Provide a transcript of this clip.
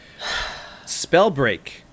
Spellbreak